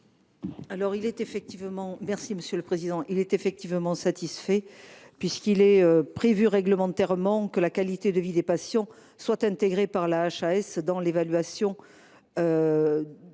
cet amendement est satisfait, puisqu’il est prévu réglementairement que la qualité de vie des patients soit intégrée par la HAS dans l’évaluation de l’intérêt